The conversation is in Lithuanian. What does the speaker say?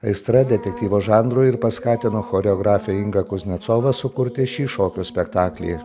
aistra detektyvo žanrui ir paskatino choreografę ingą kuznecovą sukurti šį šokio spektaklį